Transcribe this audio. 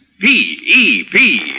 P-E-P